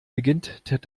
beginnt